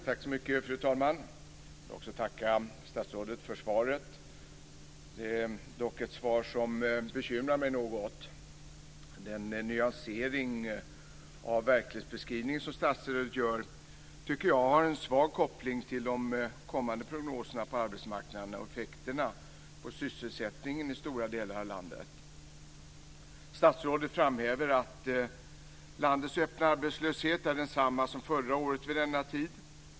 Fru talman! Jag vill tacka statsrådet för svaret. Dock bekymrar mig svaret något. Den nyansering av verklighetsbeskrivningen som statsrådet gör tycker jag har en svag koppling till de kommande prognoserna för arbetsmarknaden och effekten på sysselsättningen i stora delar av landet. Statsrådet framhäver att landets öppna arbetslöshet är densamma som förra året vid denna tid.